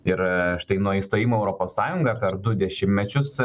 ir štai nuo įstojimo į europos sąjungą per du dešimtmečius